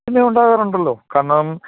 പിന്നെ ഉണ്ടാകാറുണ്ടല്ലോ കാരണം